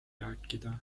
rääkida